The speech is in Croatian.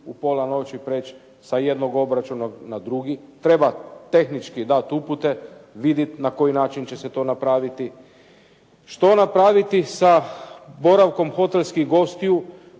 u pola noći preći sa jednog obračuna na drugi, treba tehnički dati upute, vidjet na koji način će se to napraviti. Što napraviti sa boravkom hotelskih gostiju